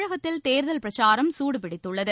தமிழகத்தில் தேர்தல் பிரச்சாரம் குடுபிடித்துள்ளது